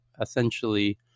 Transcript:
essentially